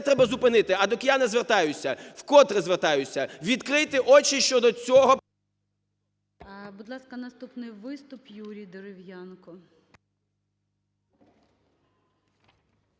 треба зупинити. А до киян я звертаюся, вкотре звертаюся. Відкрийте очі щодо цього … ГОЛОВУЮЧИЙ. Будь ласка, наступний виступ. Юрій Дерев'янко.